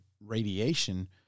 radiation